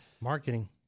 Marketing